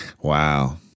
Wow